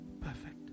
perfect